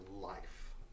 life